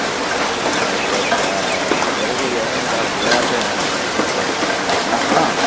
अच्छा अच्छा यरो असें कोई दस्स ज्हार दे अंदर अंदर फोन लैना हा